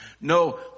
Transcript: No